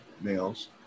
males